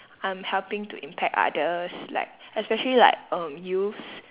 I'm helping to impact others like especially like um youths